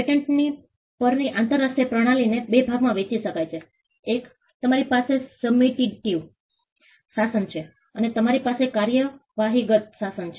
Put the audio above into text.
patents પરની આંતરરાષ્ટ્રીય પ્રણાલીને બે ભાગમાં વહેંચી શકાય છે એક તમારી પાસે સબમિટિવ શાસન છે અને તમારી પાસે કાર્યવાહીગત શાસન છે